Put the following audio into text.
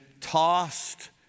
tossed